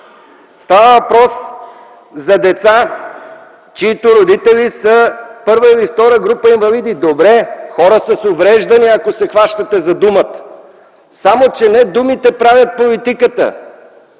Става въпрос за деца, чиито родители са първа или втора група инвалиди. (Реплика.) Добре, хора с увреждания, ако се хващате за думата. Само че не думите правят политиката,